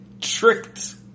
Tricked